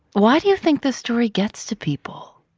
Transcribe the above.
why do you think this story gets to people?